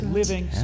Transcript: living